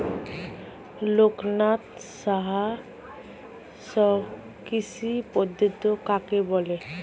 লোকনাথ সাহা শুষ্ককৃষি পদ্ধতি কাকে বলে?